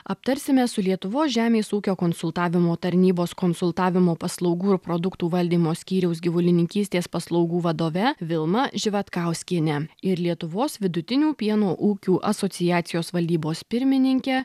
aptarsime su lietuvos žemės ūkio konsultavimo tarnybos konsultavimo paslaugų ir produktų valdymo skyriaus gyvulininkystės paslaugų vadove vilma živatkauskiene ir lietuvos vidutinių pieno ūkių asociacijos valdybos pirmininke